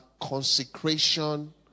consecration